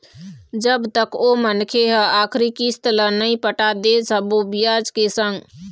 जब तक ओ मनखे ह आखरी किस्ती ल नइ पटा दे सब्बो बियाज के संग